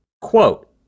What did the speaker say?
Quote